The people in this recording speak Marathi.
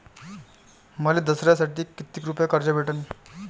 मले दसऱ्यासाठी कितीक रुपये कर्ज भेटन?